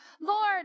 Lord